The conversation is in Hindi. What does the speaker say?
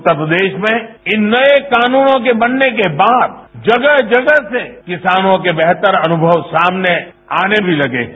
उत्तर प्रदेश में इन नए कानूनों के बनने के बाद जगह जगह से किसानों के बेहतर अनुभव सामने आने भी लगे हैं